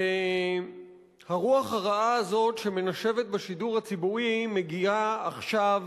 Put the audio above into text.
הרוח הרעה הזאת שמנשבת בשידור הציבורי מגיעה עכשיו